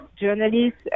Journalists